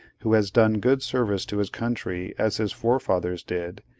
who has done good service to his country, as his forefathers did,